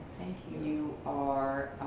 you. you are,